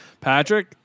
Patrick